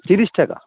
তিরিশ টাকা